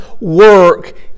work